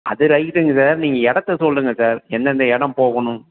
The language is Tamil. அது ரைட்டுங்க சார் நீங்கள் இடத்த சொல்லுங்கள் சார் எந்தெந்த இடம் போகணும்